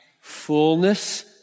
fullness